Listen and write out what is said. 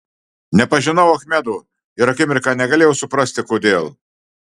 nepažinau achmedo ir akimirką negalėjau suprasti kodėl